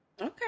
Okay